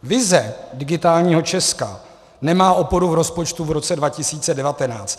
Vize digitálního Česka nemá oporu v rozpočtu v roce 2019.